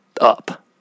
up